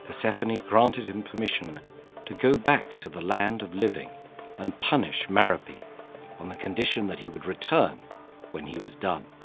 ah granted him permission to go back to the land of living and punish merope, yeah on the condition that he would return when he was done.